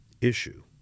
issue